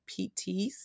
PTs